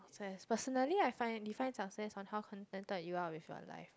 success personally I find define success on how contented you are with your life